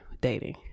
dating